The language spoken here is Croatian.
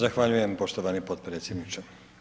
Zahvaljujem poštovani potpredsjedniče.